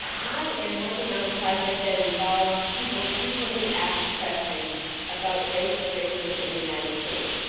i am working on a project that involves people's frequently asked questions about race or racism in the united states.